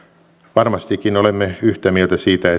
varmastikin olemme yhtä mieltä siitä